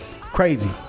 Crazy